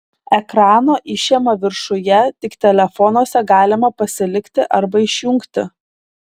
ekrano išėma viršuje tik telefonuose galima pasilikti arba išjungti